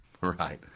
Right